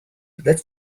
lets